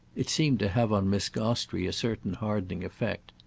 it seemed to have on miss gostrey a certain hardening effect.